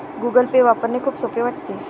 Google Pay वापरणे खूप सोपे वाटते